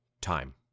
Time